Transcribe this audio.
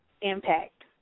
impact